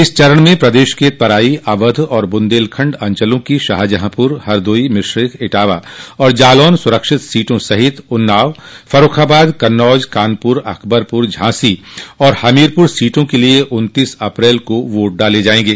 इस चरण में प्रदेश के तराई अवध और बुन्देलखंड अंचलों की शाहजहांपुर हरदोई मिश्रिख इटावा और जालौन सुरक्षित सीटों समेत उन्नाव फर्र्रखाबाद कन्नौज कानपुर अकबरपुर झांसी और हमीरपूर सीटों के लिये उन्तीस अप्रैल को वोट डाले जायेंगे